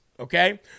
Okay